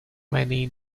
many